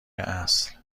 اصل